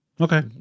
Okay